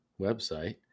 website